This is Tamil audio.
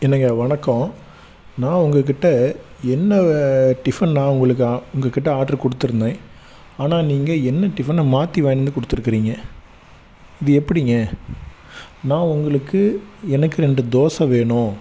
என்னங்க வணக்கம் நான் உங்கள்கிட்ட என்ன டிஃபன் நான் உங்களுக்கு ஆ உங்கள்கிட்ட ஆட்ரு கொடுத்துருந்தேன் ஆனால் நீங்கள் என்ன டிஃபனை மாற்றி வாங்கினு வந்து கொடுத்துருக்கிறீங்க இது எப்படிங்க நான் உங்களுக்கு எனக்கு ரெண்டு தோசை வேணும்